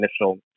initial